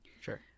Sure